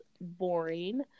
boring